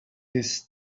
his